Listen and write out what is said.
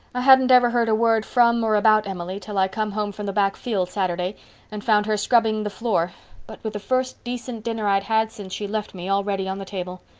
i hadn't ever heard a word from or about emily till i come home from the back field saturday and found her scrubbing the floor but with the first decent dinner i'd had since she left me all ready on the table.